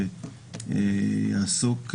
שיעסוק,